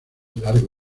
largo